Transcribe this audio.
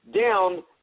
down